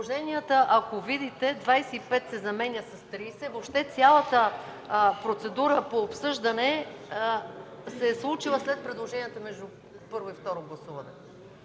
предложението, ако видите – „25 се заменя с 30”, въобще цялата процедура по обсъждане се е случила след предложенията между първо и второ гласуване.